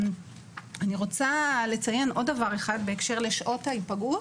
אני רוצה לציין עוד דבר אחד בהקשר לשעות ההיפגעות.